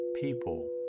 people